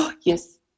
Yes